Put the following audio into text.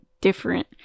different